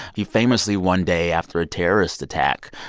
he famously one day after a terrorist attack,